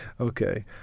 Okay